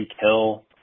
Hill